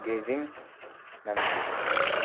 गेजिङ नाम्ची